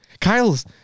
Kyle's